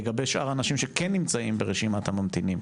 לגבי שאר האנשים שכן נמצאים ברשימת הממתינים,